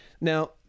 Now